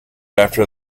after